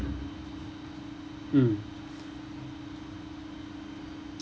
mm